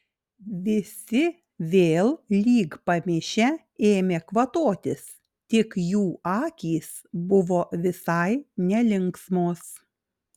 visi vėl lyg pamišę ėmė kvatotis tik jų akys buvo visai nelinksmos